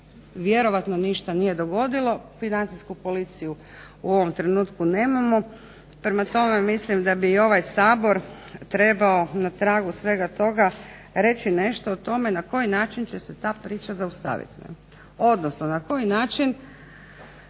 vjerojatno ništa nije dogodilo, financijsku policiju u ovom trenutku nemamo, prema tome, mislim da bi i ovaj Sabor trebao na tragu svega toga reći nešto o tome na koji način će se ta priča zaustaviti. Odnosno, na koji način